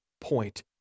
point